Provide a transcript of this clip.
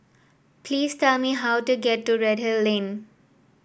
please tell me how to get to Redhill Lane